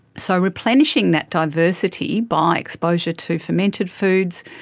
so replenishing that diversity by exposure to fermented foods,